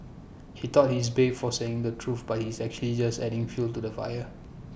he thought he's brave for saying the truth but he's actually just adding fuel to the fire